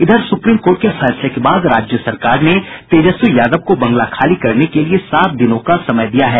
इधर supreme court के फैसले के बाद राज्य सरकार ने तेजस्वी यादव को बंगला खाली करने के लिए सात दिनों का समय दिया है